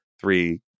three